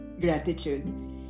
gratitude